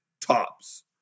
tops